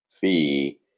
fee